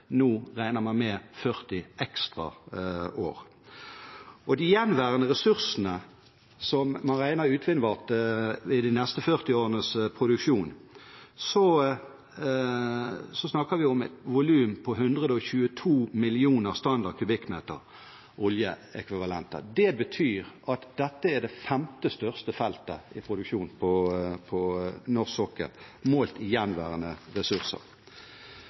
nå regner man med 40 ekstra år. Når det gjelder de gjenværende ressursene som man regner er utvinnbare i de neste 40 årenes produksjon, snakker vi om et volum på 122 millioner standard kubikkmeter oljeekvivalenter. Det betyr at dette er det femte største feltet i produksjon på norsk sokkel, målt i gjenværende ressurser.